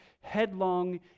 headlong